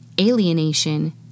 alienation